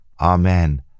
Amen